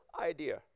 idea